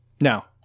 now